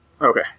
Okay